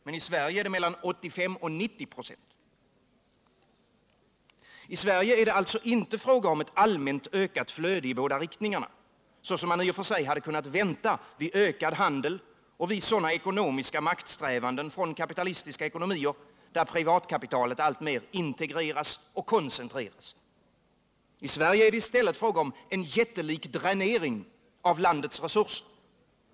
Men i Sverige är det mellan 85 och 90 96. I Sverige är det alltså inte fråga om ett allmänt ökat flöde i båda riktningarna — så som man i och för sig hade kunnat vänta vid ökad handel och vid sådana ekonomiska maktsträvanden från kapitalistiska ekonomier där privatkapitalet alltmer integreras och koncentreras. I Sverige är det i stället fråga om en jättelik dränering av landets resurser.